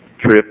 trip